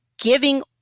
giving